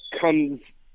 comes